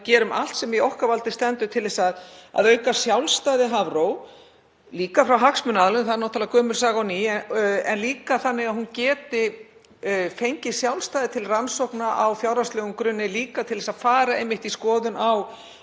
gerum allt sem í okkar valdi stendur til að auka sjálfstæði Hafró, líka frá hagsmunaaðilum, það er náttúrlega gömul saga og ný, þannig að hún geti fengið sjálfstæði til rannsókna á fjárhagslegum grunni, einnig til að fara í skoðun á